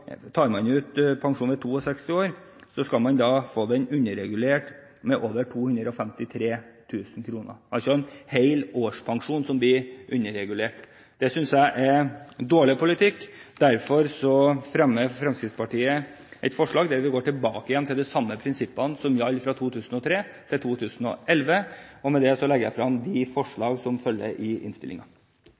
man tar ut pensjon ved 62 år, at man skal få den underregulert med over 253 000 kr, altså at en hel årspensjon blir underregulert, hvorfor mener hun dette er riktig for alle som er omfattet av den nye pensjonsreformen? Det synes jeg er dårlig politikk. Derfor fremmer Fremskrittspartiet et forslag der vi går tilbake til de samme prinsippene som gjaldt fra 2003 til 2011. Med dette tar jeg opp de